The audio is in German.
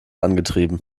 angetrieben